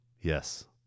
Yes